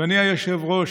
אדוני היושב-ראש,